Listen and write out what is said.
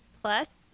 plus